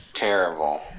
Terrible